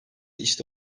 işte